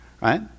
right